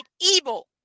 evil